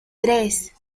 tres